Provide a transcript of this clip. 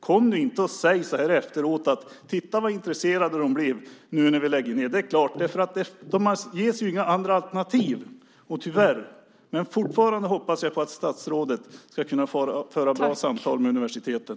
Kom inte och säg efteråt: Titta så intresserade de blev nu när vi lägger ned. Det är klart att de gör det, för de ges inga andra alternativ. Men fortfarande hoppas jag att statsrådet ska kunna föra bra samtal med universiteten.